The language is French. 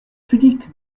pudique